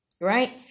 right